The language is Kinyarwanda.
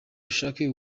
ushake